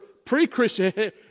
pre-christian